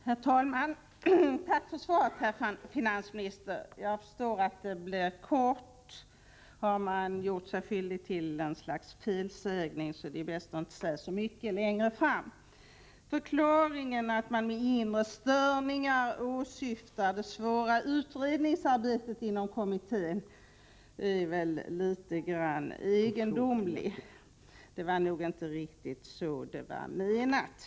Herr talman! Tack för svaret, herr finansminister. Jag förstår att det blev ett kort svar. Har man gjort sig skyldig till ett slags felsägning är det bäst att inte säga så mycket längre fram. Förklaringen att man med inre störningar åsyftar det svåra utredningsarbetet inom kommittén är väl litet egendomlig. Det var nog inte riktigt så det var menat.